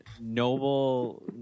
noble